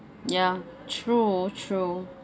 ya true true